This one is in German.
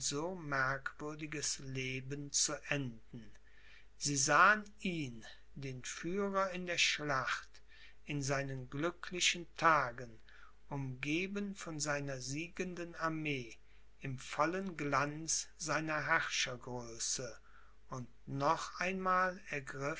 merkwürdiges leben zu enden sie sahen ihn den führer in der schlacht in seinen glücklichen tagen umgeben von seiner siegenden armee im vollen glanz seiner herrschergröße und noch einmal